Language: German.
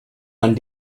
man